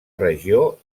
regió